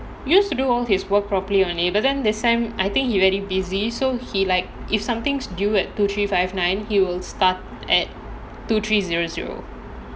he used to do all his work properly only but then this semester I think he very busy so he like if something's due at two three five nine he will start at two three zero zero